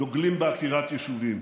דוגלים בעקירת יישובים?